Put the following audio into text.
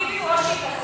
עם הביבי-בולשיט הזה,